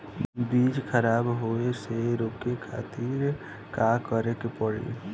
बीज खराब होए से रोके खातिर का करे के पड़ी?